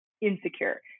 insecure